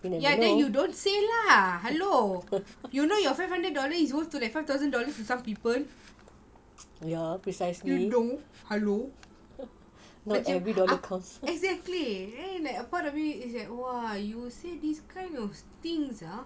yes you don't say lah hello you know your five hundred dollar is equal to like five thousand dollars to some people you don't hello exactly a part of me is like !wah! you say this kind of things ah